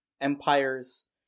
empires